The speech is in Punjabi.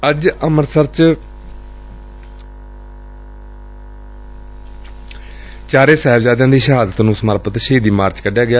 ਅੱਜ ਅੰਮ੍ਤਿਸਰ ਚ ਚਾਰੇ ਸਾਹਿਬਜ਼ਾਦਿਆਂ ਦੀ ਸ਼ਹਾਦਤ ਨੂੰ ਸਮਰਪਿਤ ਸ਼ਹੀਦੀ ਮਾਰਚ ਕੱਢਿਆ ਗਿਆ